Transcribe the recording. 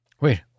Wait